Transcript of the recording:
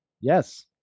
yes